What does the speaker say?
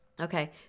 Okay